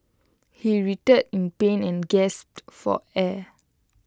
he writhed in pain and gasped for air